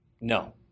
no